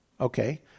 Okay